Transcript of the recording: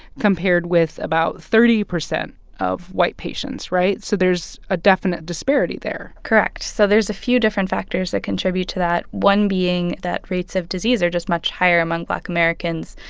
compared with about thirty percent of white patients, right? so there's a definite disparity there correct. so there's a few different factors that contribute to that. one being that rates of disease are just much higher among black americans.